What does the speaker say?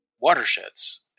watersheds